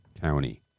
County